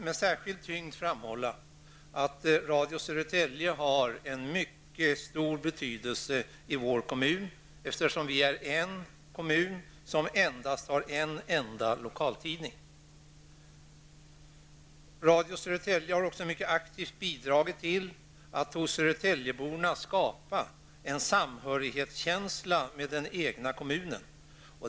Med särskild tyngd vill jag framhålla att Radio Södertälje har mycket stor betydelse i vår kommun, eftersom det finns bara en lokaltidning i kommunen. Radio Södertälje har också mycket aktivt bidragit till att hos södertäljeborna skapa en känsla av samhörighet med den egna kommunen.